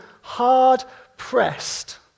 hard-pressed